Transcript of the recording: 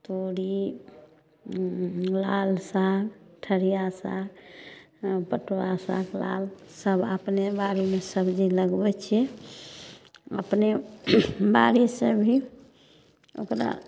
तोरी लाल साग ठरिआ साग पटुआ साग लाल सब अपने बाड़ीमे सबजी लगबैत छियै अपने बाड़ी से ही ओकरा